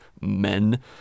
Men